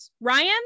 Ryan